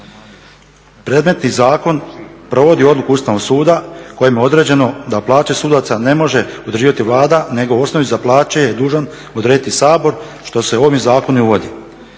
Predmetni zakon provodi odluku Ustavnog suda kojom je određeno da plaće sudaca ne može određivati Vlada nego osnovicu plaće je dužan odrediti Sabor što se ovim zakonom i uvodi.